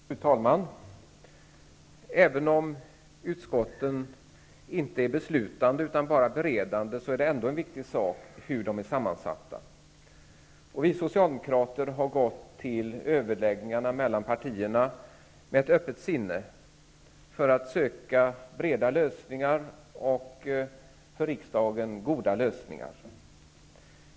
Fru talman! Även om utskotten inte har beslutanderätt utan endast är beredande organ, är det ändå en viktig fråga hur de är sammansatta. Vi socialdemokrater har gått till överläggningarna mellan partierna med ett öppet sinne att söka för riksdagen breda och goda lösningar.